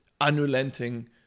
unrelenting